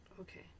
Okay